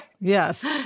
Yes